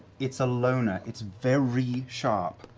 it's a loner. it's very sharp.